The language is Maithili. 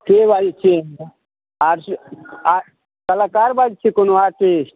के बाजै छियै कलाकार बाजै छियै कोनो अहाँ की